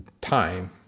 time